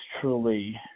truly